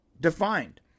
defined